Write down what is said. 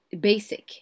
basic